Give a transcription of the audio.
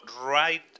right